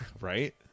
right